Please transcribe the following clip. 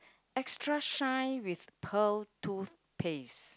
extra shine with pearl tooth paste